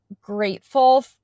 grateful